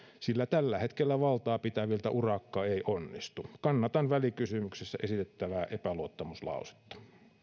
sillä tällä hetkellä valtaa pitäviltä urakka ei onnistu kannatan välikysymyksessä esitettävää epäluottamuslausetta